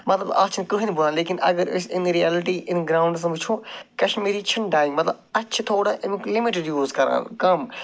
مطلب اَتھ چھِنہٕ کٕہیٖںی لیکِن اَگر أسۍ اِن رِیَلٹی اِن گرٛونٛڈٕس وٕچھو کَشمیٖری چھِنہٕ ڈایِنٛگ مطلب اَتھ چھِ تھوڑا اَمیُک لِمِٹٕڈ یوٗز کران کَم